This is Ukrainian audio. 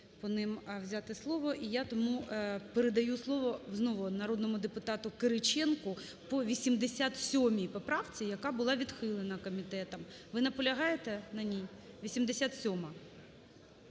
по ним взяти слово, я тому передаю слово знову народному депутату Кириченку по 87 поправці, яка була відхилена комітетом. Ви наполягаєте на ній, 87-а?